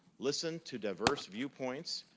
listen to diverse viewpoints,